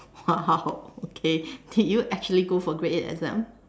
!wow! okay did you actually go for grade eight exam